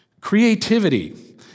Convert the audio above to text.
Creativity